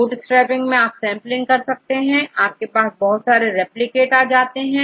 bootstrapping में आप sampling करते हैं और आपके पास बहुत सारे रिप्लिकेट आ जाते हैं